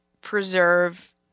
preserve